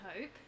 Hope